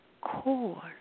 core